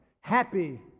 happy